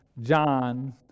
John